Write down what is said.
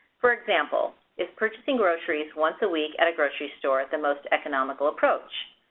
for example, is purchasing groceries once a week at a grocery store the most economical approach?